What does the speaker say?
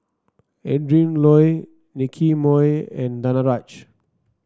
Adrin Loi Nicky Moey and Danaraj